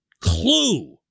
clue